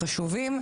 וחשובים.